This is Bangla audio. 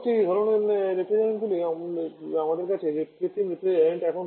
পরবর্তী ধরণের রেফ্রিজারেন্টগুলি আমাদের রয়েছে কৃত্রিম রেফ্রিজারেন্ট